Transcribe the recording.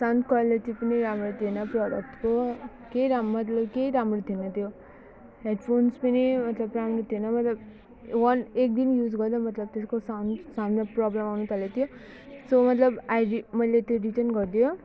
sound quality पनि राम्रो थिएन प्रडक्टको केही राम्रो मतलब केही राम्रो थिएन त्यो हेडफोन्स पनि मतलब राम्रो थिएन मतलब वान एक दिन युज गर्दा मतलब त्यसको साउन्ड साउन्डमा प्रब्लम आउनथालेको थियो सो मतलब आई रि मैले त्यो रिटर्न गरिदियो